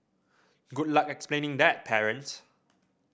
good luck explaining that parents